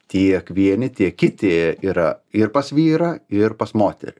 tiek vieni tiek kiti yra ir pas vyrą ir pas moterį